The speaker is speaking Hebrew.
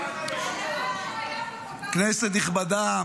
כנסת נכבדה,